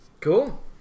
cool